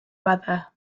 weather